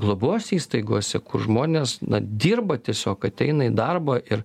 globos įstaigose kur žmonės dirba tiesiog ateina į darbą ir